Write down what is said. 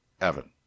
Evan